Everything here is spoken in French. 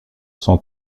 son